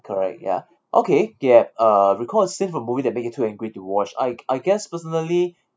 correct ya okay yup uh recall a scene from movie that make you too angry to watch I I guess personally